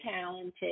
talented